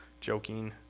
joking